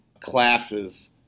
classes